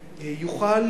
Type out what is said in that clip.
כזאת,